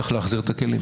צריך להחזיר את הכלים.